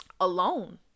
alone